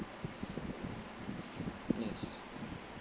yes